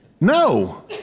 No